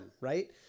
right